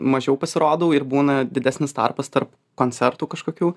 mažiau pasirodau ir būna didesnis tarpas tarp koncertų kažkokių